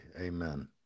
Amen